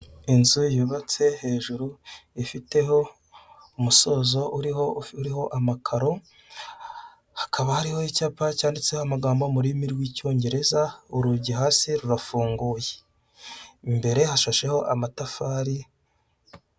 Inzu yubatse hejuru ifiteho umusozo, uriho amakaro, hakaba hariho icyapa cyanditseho amagambo mu rurimi rw'icyongereza, urugi hasi rurafunguye imbere hashasheho amatafari.